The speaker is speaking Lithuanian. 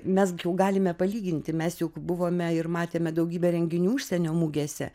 mes galime palyginti mes juk buvome ir matėme daugybę renginių užsienio mugėse